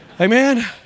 Amen